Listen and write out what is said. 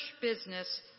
business